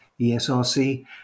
ESRC